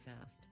fast